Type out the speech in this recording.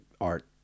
art